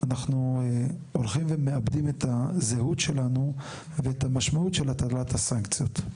אנחנו הולכים ומאבדים את הזהות שלנו ואת המשמעות של הטלת הסנקציות.